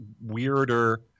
weirder